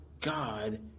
God